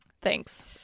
thanks